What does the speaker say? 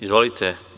Izvolite.